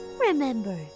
Remember